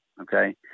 Okay